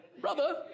brother